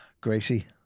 Gracie